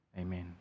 Amen